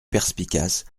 perspicace